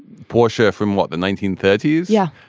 porsche from what, the nineteen thirty s? yeah.